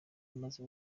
amaze